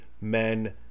men